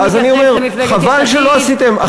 לא, אז אני אומר: חבל שלא עשיתם.